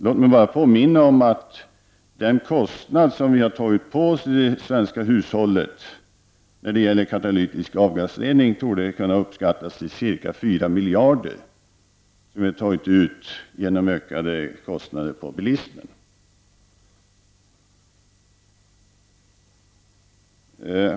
Låt mig bara påminna om att den kostnad vi tagit på oss i det svenska hushållet när det gäller katalytisk avgasrening kan uppskattas till ca 4 miljarder, som vi tagit ut genom ökade kostnader på bilismen.